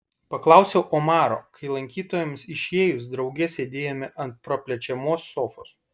paklausiau omaro kai lankytojams išėjus drauge sėdėjome ant praplečiamos sofos